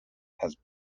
has